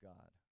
God